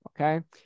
Okay